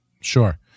Sure